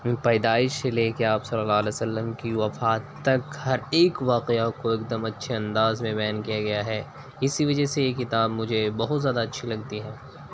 پیدائش سے لے کے آپ صلی اللہ علیہ وسلم کی وفات تک ہر ایک واقعہ کو ایک دم اچھے انداز میں بیان کیا گیا ہے اسی وجہ سے یہ کتاب مجھے بہت زیادہ اچھی لگتی ہے